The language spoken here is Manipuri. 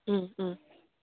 ꯎꯝ ꯎꯝ